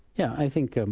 yeah i think